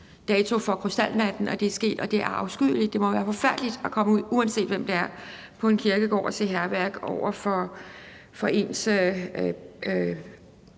dato for krystalnatten, hvor det er sket, og det er afskyeligt. Det må være forfærdeligt – uanset hvem det er – at komme ud på en kirkegård og se hærværk over for ens